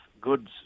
goods